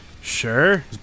Sure